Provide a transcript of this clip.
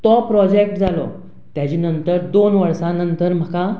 तो प्रोजेक्ट जालो ताज्या नंतर दोन वर्सां नंतर म्हाका